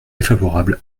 défavorable